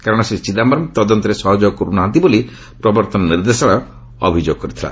କାରଣ ଶ୍ରୀ ଚିଦାୟରମ୍ ତଦନ୍ତରେ ସହଯୋଗ କର୍ତନାହାନ୍ତି ବୋଲି ପ୍ରବର୍ତ୍ତନ ନିର୍ଦ୍ଦେଶାଳୟ ଅଭିଯୋଗ କରିଥିଲା